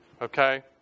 Okay